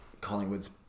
Collingwood's